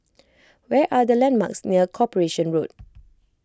where are the landmarks near Corporation Road